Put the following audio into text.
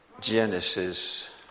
Genesis